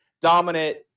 dominant